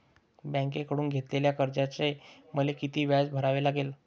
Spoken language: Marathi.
बँकेकडून घेतलेल्या कर्जाचे मला किती व्याज भरावे लागेल?